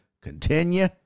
Continue